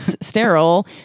sterile